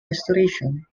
restoration